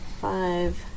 five